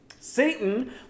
Satan